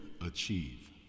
achieve